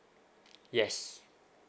yes